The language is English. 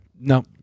No